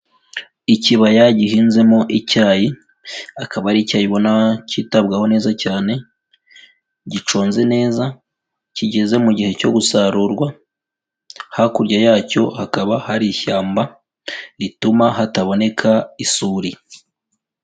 Ikibaya gihinzemo icyayi, akaba ari icyayi ubona kitabwaho neza cyane giconze neza kigeze mu gihe cyo gusarurwa, hakurya yacyo hakaba hari ishyamba rituma hataboneka isuri.